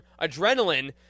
adrenaline